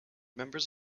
members